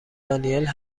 دانیل